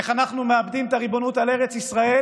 איך אנחנו מאבדים את הריבונות על ארץ ישראל